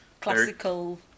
classical